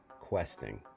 Questing